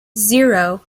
zero